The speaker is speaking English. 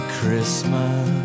Christmas